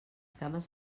cames